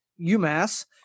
UMass